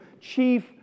chief